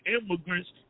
immigrants